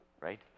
Right